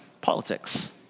politics